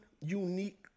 unique